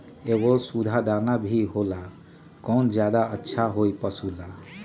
एगो सुधा दाना भी होला कौन ज्यादा अच्छा होई पशु ला?